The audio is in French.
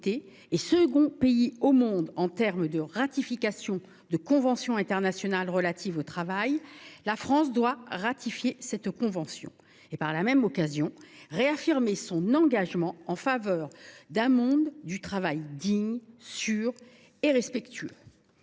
et deuxième pays au monde en matière de ratification de conventions internationales relatives au travail, la France doit ratifier cette convention et, par la même occasion, réaffirmer son engagement en faveur d’un monde du travail digne, sûr et respectueux